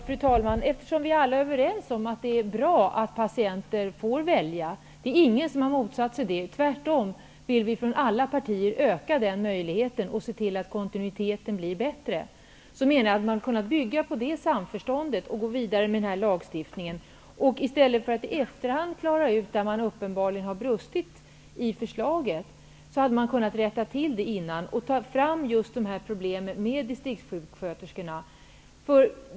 Fru talman! Ingen har motsatt sig att patienterna skall få välja. Tvärtom vill vi från alla partier öka den möjligheten och se till att kontinuiteten blir bättre. Eftersom vi alla således är överens om att det är bra att patienterna skall få välja, skulle man ha kunnat bygga på det samförståndet och gå vidare med den här lagstiftningen. Det kan man göra i stället för att i efterhand klara ut situationen där man uppenbarligen har brustit i förslaget. Man skulle ha kunnat rätta till det innan och lyfta fram problemen med just distriktssköterskorna.